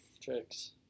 Tricks